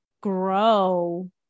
grow